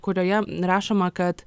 kurioje rašoma kad